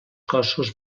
cossos